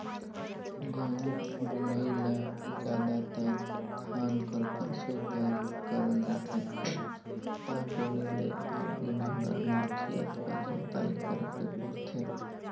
गहूँ बुनई ल जादातर धान कर पाछू करल जाथे ता बुने ले आघु नांगर में खेत कर जोताई करेक परथे